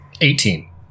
Eighteen